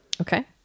Okay